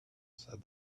said